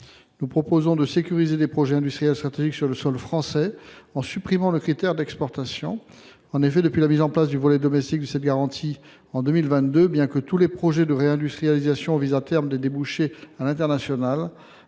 Nous proposons de sécuriser des projets industriels stratégiques sur le sol français en supprimant le critère d’exportation. En effet, depuis la mise en place du volet domestique de cette garantie en 2022, bien que tous les projets de réindustrialisation visent, à terme, des débouchés à l’international,